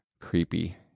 Creepy